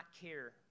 care